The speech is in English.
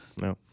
No